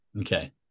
Okay